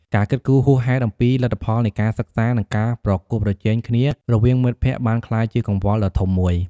ការគិតគូរហួសហេតុអំពីលទ្ធផលនៃការសិក្សា និងការប្រកួតប្រជែងគ្នារវាងមិត្តភ័ក្តិបានក្លាយជាកង្វល់ដ៏ធំមួយ។